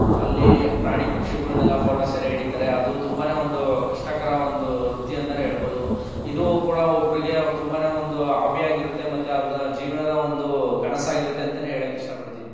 ಅಲ್ಲಿ ಪ್ರಾಣಿ ಪಕ್ಷಿಗಳನ್ನೆಲ್ಲ ಫೋಟೊ ಸೆರೆಹಿಡಿತಾರೆ ಅದು ತುಂಬನೇ ಒಂದು ಕಷ್ಟಕರ ಒಂದು ವೃತ್ತಿ ಅಂತನೇ ಹೇಳ್ಬೋದು ಇದು ಕೂಡ ಒಬ್ರಿಗೆ ತುಂಬನೇ ಒಂದು ಹಾಬಿಯಾಗಿರುತ್ತೆ ಮತ್ತೆ ಅವರ ಜೀವನದ ಒಂದು ಕನಸಾಗಿರುತ್ತೆ ಅಂತನೇ ಹೇಳೋಕೆ ಇಷ್ಟಪಡ್ತೀನಿ